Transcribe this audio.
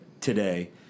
today